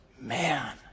Man